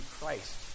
Christ